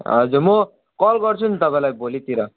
हजुर म कल गर्छु नि तपाईँलाई भोलितिर